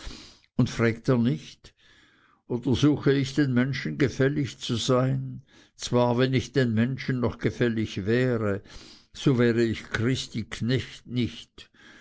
und frägt er nicht oder suche ich den menschen gefällig zu sein zwar wenn ich den menschen noch gefällig wäre so wäre ich christi knecht nicht